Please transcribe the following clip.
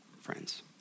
friends